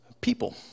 people